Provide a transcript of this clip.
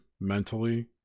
mentally